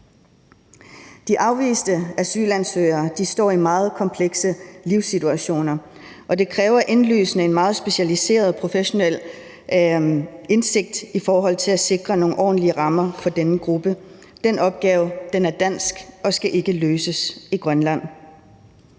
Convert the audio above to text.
De afviste asylansøgere står i meget komplekse livssituationer, og det er indlysende, at det kræver en meget specialiseret og professionel indsigt at sikre nogle ordentlige rammer for denne gruppe. Den opgave er dansk og skal ikke løses i Grønland.